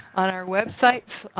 on our websites,